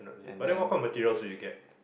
but then what kind of materials will you get